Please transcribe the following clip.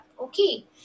Okay